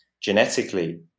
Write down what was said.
genetically